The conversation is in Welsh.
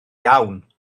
iawn